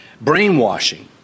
Brainwashing